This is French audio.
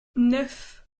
neuf